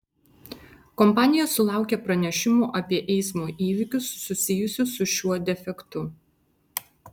kompanija sulaukė pranešimų apie eismo įvykius susijusius su šiuo defektu